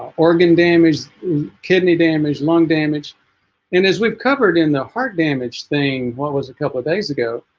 organ damage kidney damage lung damage and as we've covered in the heart damage thing what was a couple of days ago